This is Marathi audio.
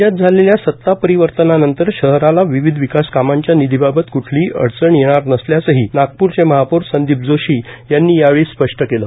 राज्यात झालेल्या सत्ता परिवर्तनानंतर शहराला विविध विकास कामांच्या निधीबाबत कुठलीही अडचण येणार नसल्याचंही नागपूरचे महापौर संदीप जोशी यांनी यावेळी स्पष्ट केलं